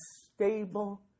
stable